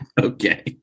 Okay